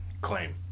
claim